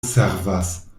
servas